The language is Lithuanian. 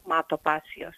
mato pasijos